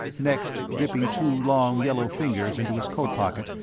next, dipping two long, yellow fingers into his coat pocket,